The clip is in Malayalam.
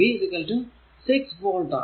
V 6 വോൾട് ആണ്